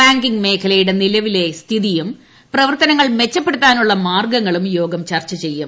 banking മേഖലയുടെ നിലവിലെ ക്രിസ്മിതിയും പ്രവർത്തനങ്ങൾ മെച്ചപ്പെടുത്താനുള്ള മാർഗ്ഗങ്ങളും യ്യോകും ചർച്ച ചെയ്യും